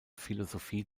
philosophie